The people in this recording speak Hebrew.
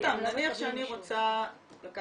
סתם, נניח שאני רוצה לקחת